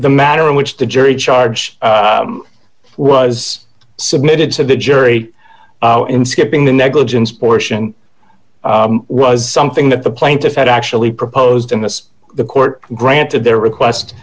the matter in which the jury charge was submitted to the jury in skipping the negligence portion was something that the plaintiff had actually proposed in this the court granted their request